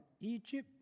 Egypt